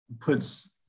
puts